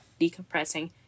decompressing